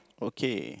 okay